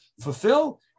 fulfill